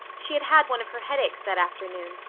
she had had one of her headaches that afternoon,